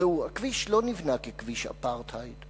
ראו, הכביש לא נבנה ככביש אפרטהייד.